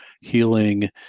healing